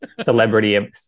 celebrity